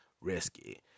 risky